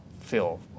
feel